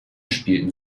spielten